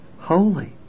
holy